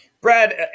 Brad